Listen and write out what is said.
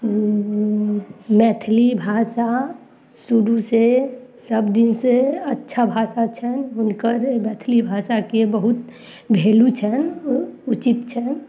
मैथिली भाषा शुरूसँ सब दिनसँ अच्छा भाषा छनि हुनकर मैथिली भाषाके बहुत वैल्यू छनि उचित छनि